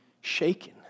shaken